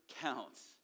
counts